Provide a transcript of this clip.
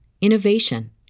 innovation